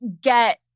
get